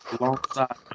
alongside